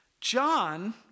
John